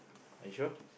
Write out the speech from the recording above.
you sure